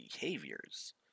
behaviors